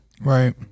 Right